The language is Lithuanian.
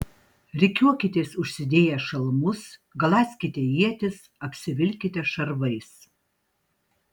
rikiuokitės užsidėję šalmus galąskite ietis apsivilkite šarvais